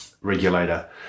regulator